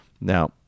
Now